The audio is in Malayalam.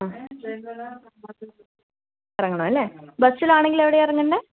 ആ ഇറങ്ങണമല്ലേ ബസ്സിലാണെങ്കിൽ എവിടെയാണ് ഇറങ്ങണ്ടേ